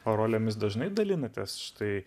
o rolėmis dažnai dalinatės štai